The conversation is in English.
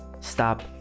Stop